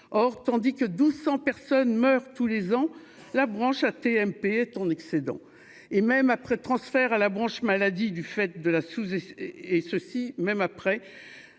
or tandis que 1200 personnes meurent tous les ans la branche AT-MP ton excédent et même après transfert à la branche maladie du fait de la soupe et ceci même après